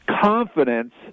confidence